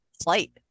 flight